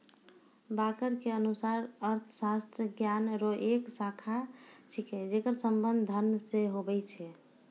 walker के अनुसार अर्थशास्त्र ज्ञान रो एक शाखा छिकै जेकर संबंध धन से हुवै छै